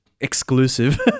exclusive